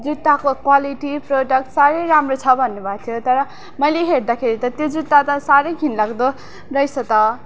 जुत्ताको quality product साह्रै राम्रो छ भन्नु भएको थियो तर मैले हेर्दाखेरि त जुत्ता त साह्रै घिनलाग्दो रहेछ त